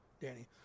Danny